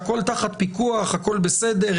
הכול תחת פיקוח והכול בסדר,